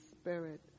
Spirit